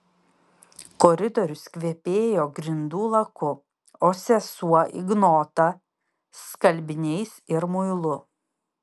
koridorius kvepėjo grindų laku o sesuo ignota skalbiniais ir muilu